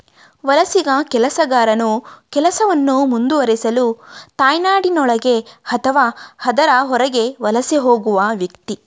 ವಲಸಿಗ ಕೆಲಸಗಾರನು ಕೆಲಸವನ್ನು ಮುಂದುವರಿಸಲು ತಾಯ್ನಾಡಿನೊಳಗೆ ಅಥವಾ ಅದರ ಹೊರಗೆ ವಲಸೆ ಹೋಗುವ ವ್ಯಕ್ತಿ